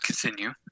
continue